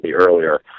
earlier